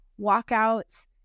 walkouts